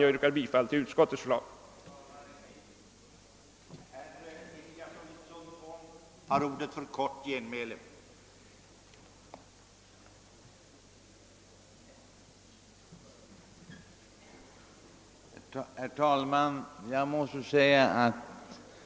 Jag yrkar bifall till statsutskottets hemställan i dess utlåtande nr 168.